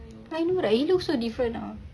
I know right he look so different ah